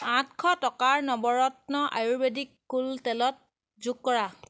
আঠশ টকাৰ নৱৰত্ন আয়ুৰ্বেদিক কুল তেলত যোগ কৰা